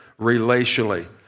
Relationally